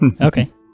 Okay